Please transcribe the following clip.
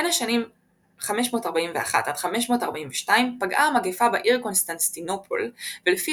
בין השנים 541–542 פגעה המגפה בעיר קונסטנטינופול ולפי